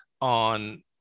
on